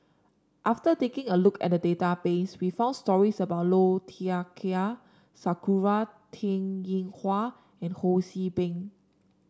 after taking a look at the database we found stories about Low Thia Khiang Sakura Teng Ying Hua and Ho See Beng